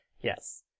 Yes